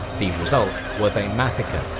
the result was a massacre.